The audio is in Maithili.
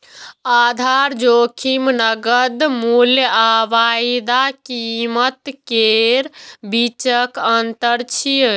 आधार जोखिम नकद मूल्य आ वायदा कीमत केर बीचक अंतर छियै